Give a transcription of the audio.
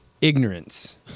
ignorance